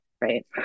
right